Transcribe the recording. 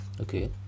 okay